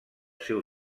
seu